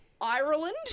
Ireland